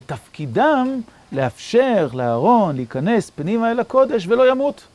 תפקידם לאפשר לאהרון, להיכנס פנימה אל הקודש, ולא ימות.